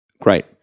Great